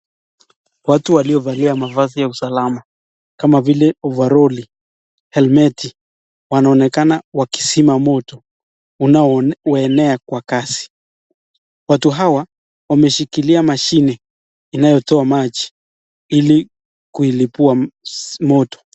Watu waliovalia mavazi ya usalama kama vile ovaroli, helmeti wanaonekana wakizima moto unaoenea kwa kasi. Watu hawa wameshikilia mashini inayotoa maji ili kuilipua moto.